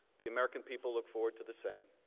the american people look forward to the same.